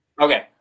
Okay